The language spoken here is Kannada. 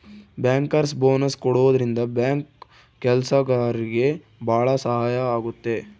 ಬ್ಯಾಂಕರ್ಸ್ ಬೋನಸ್ ಕೊಡೋದ್ರಿಂದ ಬ್ಯಾಂಕ್ ಕೆಲ್ಸಗಾರ್ರಿಗೆ ಭಾಳ ಸಹಾಯ ಆಗುತ್ತೆ